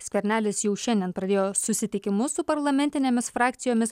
skvernelis jau šiandien pradėjo susitikimus su parlamentinėmis frakcijomis